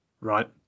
right